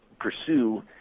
pursue